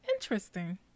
interesting